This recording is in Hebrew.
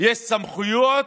יש סמכויות,